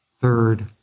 third